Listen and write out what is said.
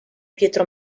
pietro